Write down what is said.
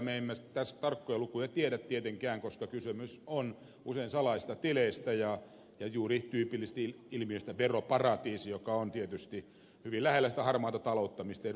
me emme tarkkoja lukuja tietenkään tiedä koska kysymys on usein salaisista tileistä ja juuri tyypillisesti ilmiöstä veroparatiisi joka on tietysti hyvin lähellä sitä harmaata taloutta mistä ed